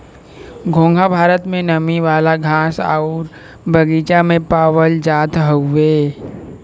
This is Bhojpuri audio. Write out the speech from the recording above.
घोंघा भारत में नमी वाला घास आउर बगीचा में पावल जात हउवे